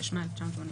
התשמ"ה-1985,